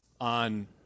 on